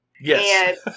Yes